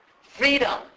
Freedom